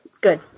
Good